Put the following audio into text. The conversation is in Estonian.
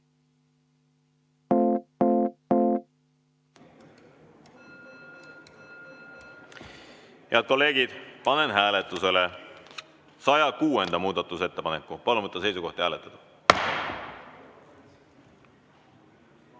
Head kolleegid, panen hääletusele 107. muudatusettepaneku. Palun võtta seisukoht ja hääletada!